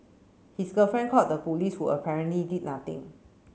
his girlfriend called the police who apparently did nothing